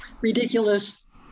ridiculous